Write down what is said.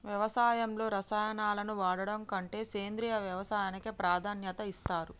వ్యవసాయంలో రసాయనాలను వాడడం కంటే సేంద్రియ వ్యవసాయానికే ప్రాధాన్యత ఇస్తరు